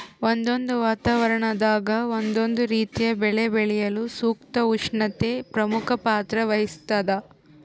ಒಂದೊಂದು ವಾತಾವರಣದಾಗ ಒಂದೊಂದು ರೀತಿಯ ಬೆಳೆ ಬೆಳೆಯಲು ಸೂಕ್ತ ಉಷ್ಣತೆ ಪ್ರಮುಖ ಪಾತ್ರ ವಹಿಸ್ತಾದ